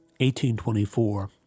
1824